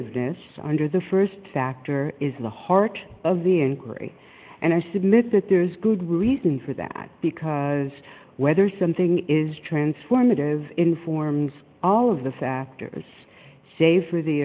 e this under the st factor is the heart of the inquiry and i submit that there's good reason for that because whether something is transformative informs all of the factors say for the